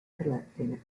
collecting